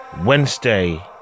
wednesday